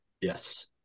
Yes